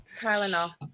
Tylenol